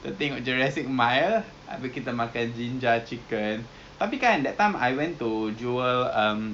oh ya hor eh but then now that you say but then I I I just remember right that I saw one telegram that it says err um